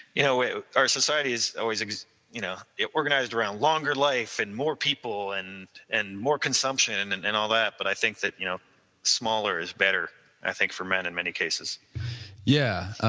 you know our society is always you know organized around longer life and more people and and more consumption and and and all that, but i think that you know smaller is better i think for men in many cases yeah